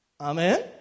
Amen